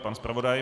Pan zpravodaj.